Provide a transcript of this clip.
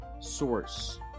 source